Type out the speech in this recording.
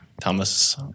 Thomas